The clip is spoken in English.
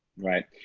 right.